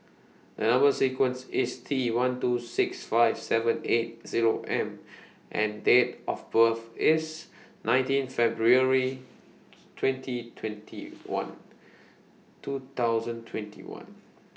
The Number sequence IS T one two six five seven eight Zero M and Date of birth IS nineteen February twenty twenty one two thousand twenty one